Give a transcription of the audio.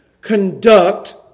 conduct